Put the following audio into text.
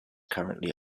currently